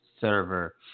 server